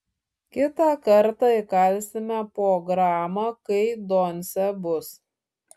kitą kartą įkalsime po gramą kai doncė bus